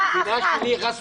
מדינה שפועלת בגזענות.